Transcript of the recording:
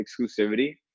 exclusivity